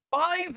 five